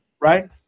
Right